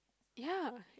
ya